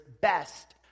best